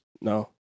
no